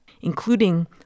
including